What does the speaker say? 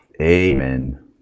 Amen